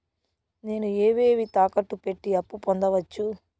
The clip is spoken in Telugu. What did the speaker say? నేను ఏవేవి తాకట్టు పెట్టి అప్పు పొందవచ్చు?